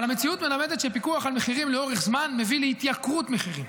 אבל המציאות מלמדת שפיקוח על מחירים לאורך זמן מביא להתייקרות מחירים,